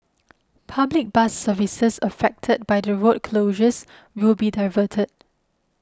public bus services affected by the road closures will be diverted